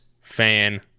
fan